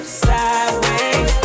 sideways